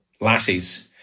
lassies